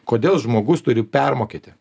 kodėl žmogus turi permokėti